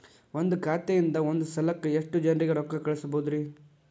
ಒಂದ್ ಖಾತೆಯಿಂದ, ಒಂದ್ ಸಲಕ್ಕ ಎಷ್ಟ ಜನರಿಗೆ ರೊಕ್ಕ ಕಳಸಬಹುದ್ರಿ?